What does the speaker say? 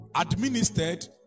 administered